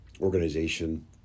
organization